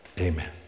amen